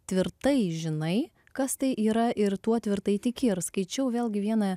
tvirtai žinai kas tai yra ir tuo tvirtai tiki ir skaičiau vėlgi vieną